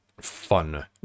fun